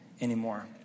anymore